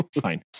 Fine